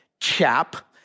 chap